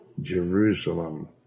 Jerusalem